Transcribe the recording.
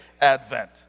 advent